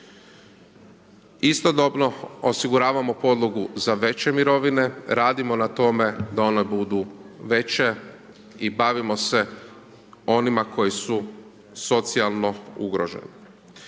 Istodobno, osiguravamo podlogu za veće mirovine, radimo na tome da one budu veće i bavimo se onima koji su socijalno ugroženi.